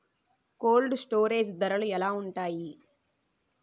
Cold storage ధరలు ఎలా ఉంటాయి?